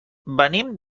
venim